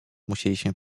musieliśmy